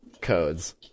codes